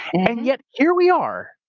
and yet here we are,